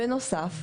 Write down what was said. בנוסף,